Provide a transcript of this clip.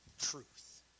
truth